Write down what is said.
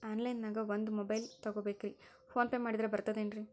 Online ದಾಗ ಒಂದ್ mobile ತಗೋಬೇಕ್ರಿ ಫೋನ್ ಪೇ ಮಾಡಿದ್ರ ಬರ್ತಾದೇನ್ರಿ?